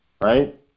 right